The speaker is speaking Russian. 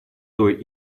той